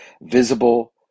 visible